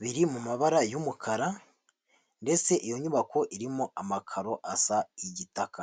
biri mu mabara y'umukara ndetse iyo nyubako irimo amakaro asa igitaka.